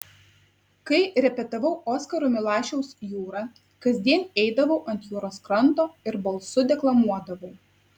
kai repetavau oskaro milašiaus jūrą kasdien eidavau ant jūros kranto ir balsu deklamuodavau